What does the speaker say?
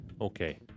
Okay